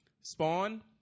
Spawn